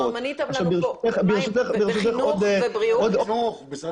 ברשותך, עוד שני